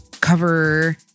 Cover